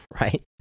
Right